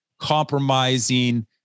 compromising